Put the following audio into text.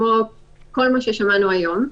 כמו כל מה ששמענו היום,